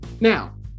Now